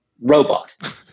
robot